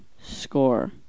score